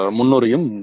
Munorium